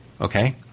okay